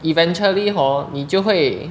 eventually hor 你就会